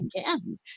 again